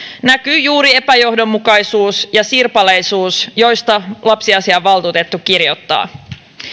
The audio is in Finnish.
näkyy juuri epäjohdonmukaisuus ja sirpaleisuus joista lapsiasiainvaltuutettu kirjoittaa